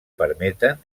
permeten